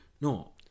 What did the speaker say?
No